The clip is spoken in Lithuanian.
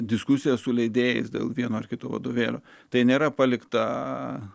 diskusija su leidėjais dėl vieno ar kito vadovėlio tai nėra palikta